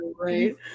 right